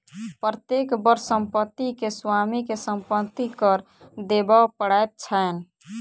प्रत्येक वर्ष संपत्ति के स्वामी के संपत्ति कर देबअ पड़ैत छैन